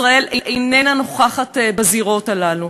ישראל איננה נוכחת בזירות האלה,